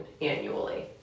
annually